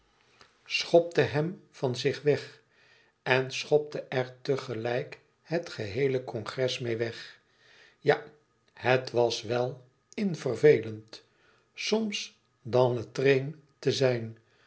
schopte hem van zich weg en schopte er tegelijk het geheele congres meê weg ja het was wel in vervelend soms dans le train zijn